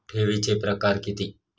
ठेवीचे प्रकार किती?